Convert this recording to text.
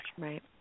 Right